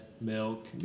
milk